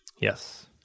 Yes